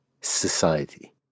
society